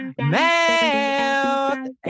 mouth